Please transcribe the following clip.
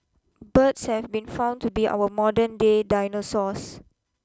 birds have been found to be our modern day dinosaurs